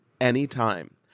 anytime